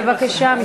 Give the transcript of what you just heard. בבקשה.